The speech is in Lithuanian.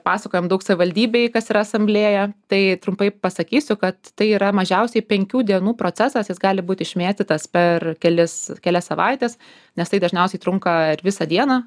pasakojom daug savivaldybei kas yra asamblėja tai trumpai pasakysiu kad tai yra mažiausiai penkių dienų procesas jis gali būt išmėtytas per kelis kelias savaites nes tai dažniausiai trunka ir visą dieną